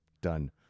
Done